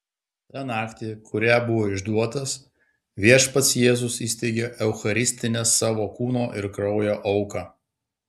tą naktį kurią buvo išduotas viešpats jėzus įsteigė eucharistinę savo kūno ir kraujo auką